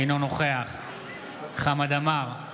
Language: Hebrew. אינו נוכח חמד עמאר,